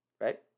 right